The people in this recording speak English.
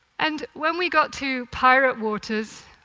and when we got to pirate waters,